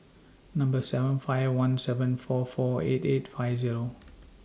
Number seven five one seven four four eight eight five Zero